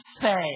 say